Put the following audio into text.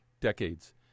decades